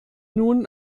nun